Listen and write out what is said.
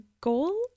goal